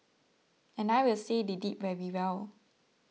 and I will say they did very well